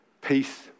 peace